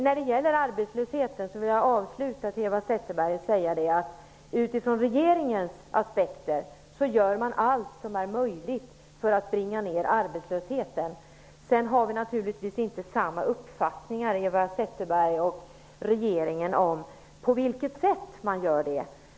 Jag vill avsluta med att säga till Eva Zetterberg att regeringen gör allt som är möjligt för att bringa ner arbetslösheten. Sedan har regeringen och Eva Zetterberg naturligtvis inte samma uppfattning om på vilket sätt det skall göras.